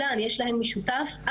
זה משהו שהוא משותף לכולם,